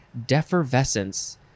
Defervescence